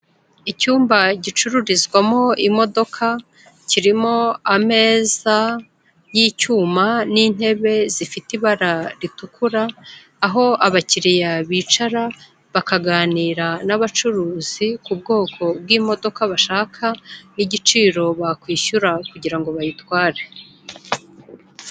Icyumba gicururizwamo imodoka, kirimo ameza y'icyuma n'intebe zifite ibara ritukura, aho abakiriya bicara bakaganira n'abacuruzi ku bwoko bw'imodoka bashaka n'igiciro bakwishyura kugira ngo bayitware.